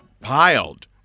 piled